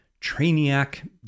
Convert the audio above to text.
Trainiac